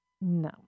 No